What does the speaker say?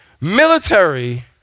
Military